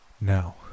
Now